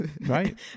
right